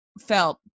felt